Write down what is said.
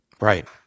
Right